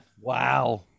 Wow